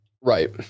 Right